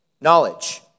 knowledge